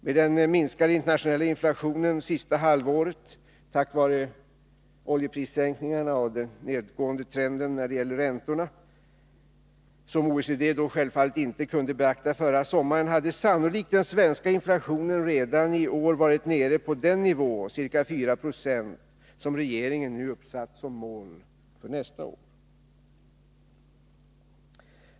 Med den minskade internationella inflationen det senaste halvåret — tack vare oljeprissänkningarna och den nedåtgående trenden beträffande räntorna — som OECD självfallet inte kunde beakta förra sommaren, hade sannolikt den svenska inflationen redan i år varit nere på den nivå, ca 4 96, som regeringen nu uppsatt som mål för nästa år.